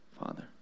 father